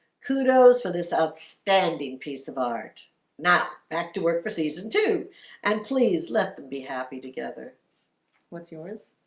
kudos for this outstanding piece of art not back to work for season two and please let them be happy together what's yours?